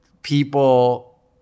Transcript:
people